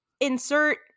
insert